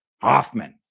Hoffman